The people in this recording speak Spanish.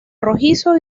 rojizos